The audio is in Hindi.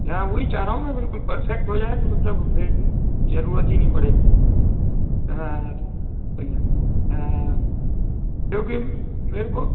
हाँ वहीं चाह रहा हूँ बिल्कुल मैं परफ़ेक्ट हो जाए तो मतलब फिर जरूरत ही नहीं पड़े हाँ सही है हाँ क्योंकि मेरे को